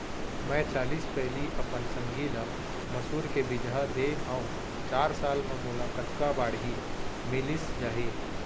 मैं चालीस पैली अपन संगी ल मसूर के बीजहा दे हव चार साल म मोला कतका बाड़ही मिलिस जाही?